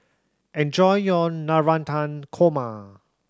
enjoy your Navratan Korma